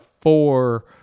four